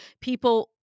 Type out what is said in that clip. People